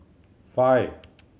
five